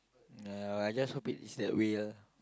no I just hope it's that way ah